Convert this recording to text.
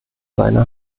seine